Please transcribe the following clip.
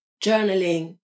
Journaling